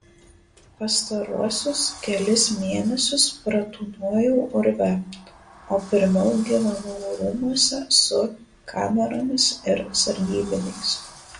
pastaruosius kelis mėnesius pratūnojau urve o pirmiau gyvenau rūmuose su kameromis ir sargybiniais